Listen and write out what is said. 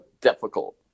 difficult